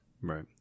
Right